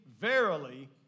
verily